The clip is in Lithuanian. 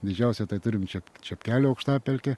didžiausią tai turim čia čepkelių aukštapelkė